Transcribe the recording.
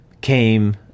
came